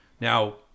Now